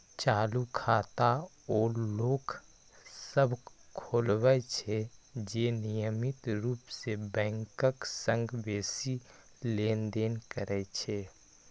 चालू खाता ओ लोक सभ खोलबै छै, जे नियमित रूप सं बैंकक संग बेसी लेनदेन करै छै